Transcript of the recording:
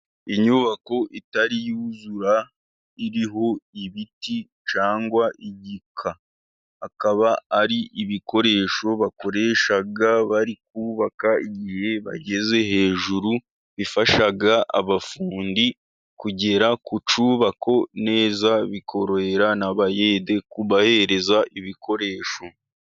Inyubako itari yuzura iriho ibiti cyangwa igikwa. Akaba ari ibikoresho bakoresha bari kubaka igihe bageze hejuru, bifasha abafundi kugera ku nyubako neza, bikorohera n'abayede kubahereza ibikoresho.